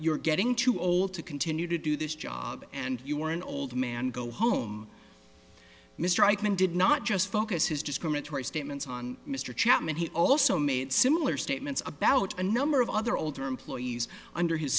you're getting too old to continue to do this job and you are an old man go home mr eichmann did not just focus his discriminatory statements on mr chapman he also made similar statements about a number of other older employees under his